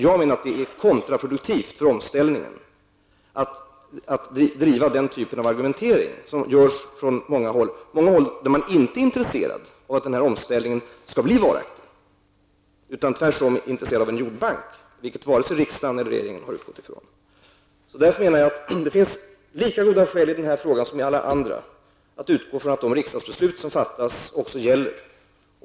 Jag menar att det är kontraproduktivt för omställningen att man driver den typen av argumentering som görs från många håll där man inte är intresserad av att den här omställningen skall bli varaktig, utan där man tvärtom är intresserad av en jordbank, vilket varken riksdagen eller regeringen har utgått från. Jag menar därför att det finns lika goda skäl att man i denna fråga som i alla andra utgår från att de riksdagsbeslut som fattas också gäller.